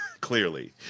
clearly